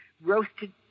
roasted